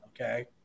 Okay